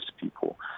people